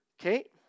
okay